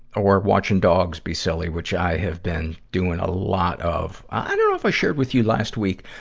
or watching dogs be silly, which i have been doing a lot of. i dunno if i shared with you last week.